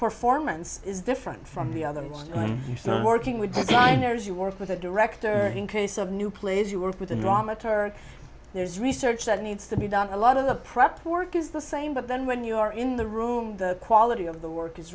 performance is different from the other when you start working with designers you work with a director in case of new plays you work with a dramaturg there's research that needs to be done a lot of the prep work is the same but then when you are in the room the quality of the work is